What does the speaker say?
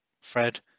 Fred